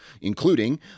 including